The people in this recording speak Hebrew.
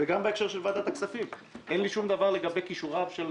וגם בהקשר של ועדת הכספים אין לי שום דבר לגבי כישוריו של